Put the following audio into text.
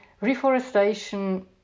reforestation